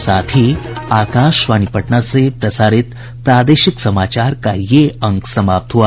इसके साथ ही आकाशवाणी पटना से प्रसारित प्रादेशिक समाचार का ये अंक समाप्त हुआ